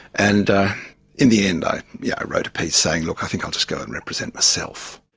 and in the end i yeah i wrote a piece saying look, i think i'll just go and represent myself.